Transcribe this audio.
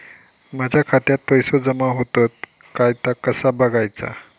माझ्या खात्यात पैसो जमा होतत काय ता कसा बगायचा?